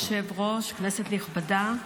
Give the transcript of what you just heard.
אדוני היושב-ראש, כנסת נכבדה,